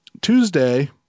tuesday